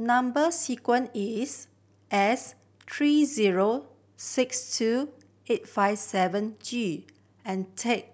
number sequence is S three zero six two eight five seven G and